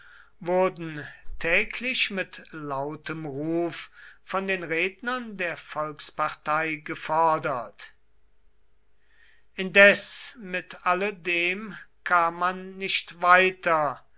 wurden täglich mit lautem ruf von den rednern der volkspartei gefordert indes mit alledem kam man nicht weiter